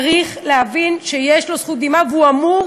צריך להבין שיש לו זכות קדימה והוא אמור